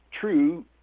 true